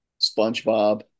Spongebob